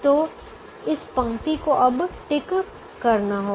तो इस पंक्ति को अब टिक करना होगा